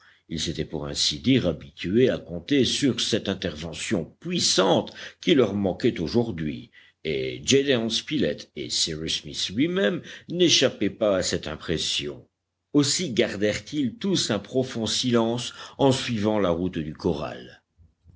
ils s'étaient pour ainsi dire habitués à compter sur cette intervention puissante qui leur manquait aujourd'hui et gédéon spilett et cyrus smith luimême n'échappaient pas à cette impression aussi gardèrent ils tous un profond silence en suivant la route du corral